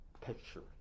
picture